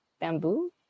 bamboo